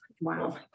Wow